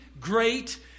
great